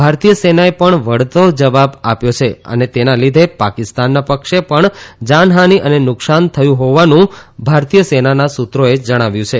ભારતીય સેનાએ પણ વળતો જવાબ આપ્યો છે અને તેના લીધે પાકિસ્તાનના પક્ષે પણ જાનહાની અને નુકસાન થયું હોવાનું ભારતીય સેનાના સૂત્રોએ જણાવ્યું છે